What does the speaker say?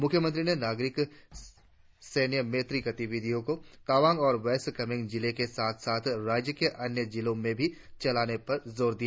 मुख्यमंत्री ने नागरिक सैन्य मैत्री गतिविधियों को तवांग और वेस्ट कामेंग जिले के साथ साथ राज्य के अन्य जिलों में भी चलाने पर जोड़ दिया